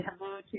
hello